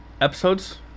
episodes